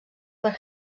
per